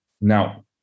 Now